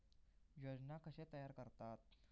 योजना कशे तयार करतात?